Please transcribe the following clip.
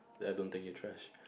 then I don't think you are trash